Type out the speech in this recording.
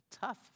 tough